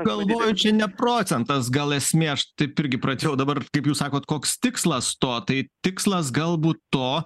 galvoju čia ne procentas gal esmė aš taip irgi pradėjau dabar kaip jūs sakot koks tikslas to tai tikslas galbūt to